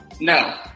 No